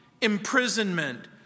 imprisonment